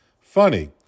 Funny